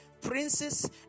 princes